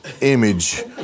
image